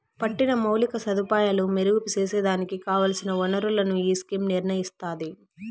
పట్టిన మౌలిక సదుపాయాలు మెరుగు సేసేదానికి కావల్సిన ఒనరులను ఈ స్కీమ్ నిర్నయిస్తాది